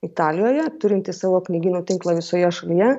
italijoje turinti savo knygynų tinklą visoje šalyje